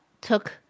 took